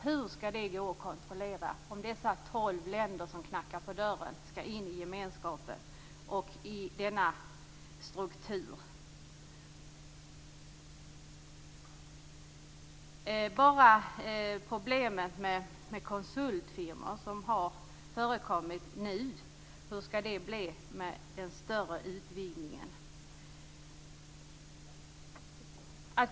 Hur skall det kunna gå att kontrollera om de tolv länder som knackar på dörren skall in i gemenskapen och in i denna struktur? Man kan bara se till problemet med konsultfirmor som nu har förekommit. Hur skall det bli med en större utvidgning?